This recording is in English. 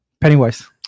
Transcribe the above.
Pennywise